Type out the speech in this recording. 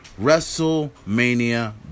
WrestleMania